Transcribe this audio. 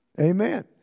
Amen